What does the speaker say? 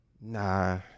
nah